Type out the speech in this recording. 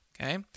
Okay